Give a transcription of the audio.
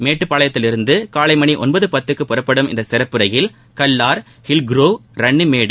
மேட்டுப்பாளையத்தில் இருந்து காலை மணி ஒன்பது பத்துக்கு புறப்படும் இந்த சிறப்பு ரயில் கல்லார் ஹில்கோரோவ் ரன்னிமேடு